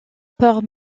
père